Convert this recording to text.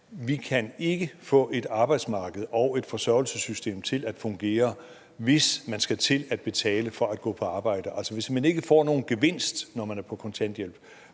Vi kan ikke få et arbejdsmarked og et forsørgelsessystem til at fungere, hvis man skal til at betale for at gå på arbejde. Altså, hvis man ikke får nogen gevinst, når man er på kontanthjælp,